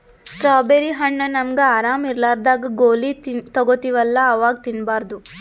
strawberry ಹಣ್ಣ್ ನಮ್ಗ್ ಆರಾಮ್ ಇರ್ಲಾರ್ದಾಗ್ ಗೋಲಿ ತಗೋತಿವಲ್ಲಾ ಅವಾಗ್ ತಿನ್ಬಾರ್ದು